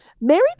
Mary